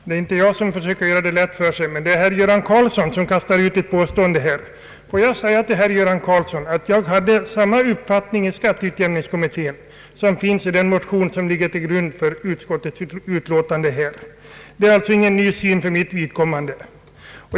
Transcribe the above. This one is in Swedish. Herr talman! Det är inte jag som försöker göra det lätt för mig i diskussionen -— det är herr Göran Karlsson, som här bara kastar ut ett påstående. Jag hade samma uppfattning i skatteutjämningskommittén som i den motion, vilken ligger till grund för utskottets utlåtande. Det är alltså inte fråga om någon ny syn för mitt vid Ang kommande.